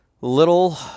Little